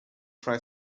try